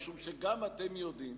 משום שגם אתם יודעים